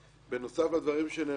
בנוסף לדברים שנאמרו פה,